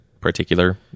particular